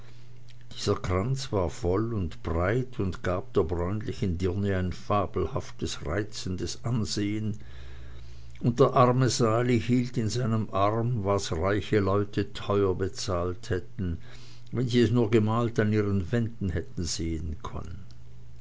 der kranz war voll und breit und gab der bräunlichen birne ein fabelhaftes reizendes ansehen und der arme sali hielt in seinem arm was reiche leute teuer bezahlt hätten wenn sie es nur gemalt an ihren wänden hätten sehen können